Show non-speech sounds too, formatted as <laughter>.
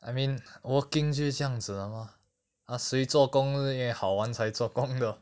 I mean working 就是样子的 mah ah 谁做工是因为好玩才做工的 <laughs>